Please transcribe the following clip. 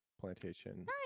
plantation